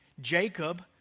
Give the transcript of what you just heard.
Jacob